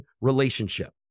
relationship